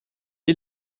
est